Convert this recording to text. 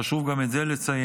חשוב גם את זה לציין,